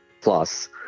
plus